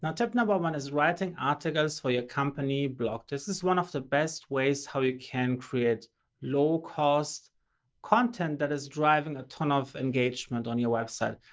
tip number one is writing articles for your company blog. this is one of the best ways how you can create low-cost content that is driving a ton of engagement on your website.